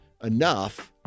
enough